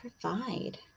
provide